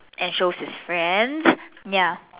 and shows his friends ya